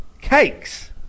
cakes